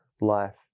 life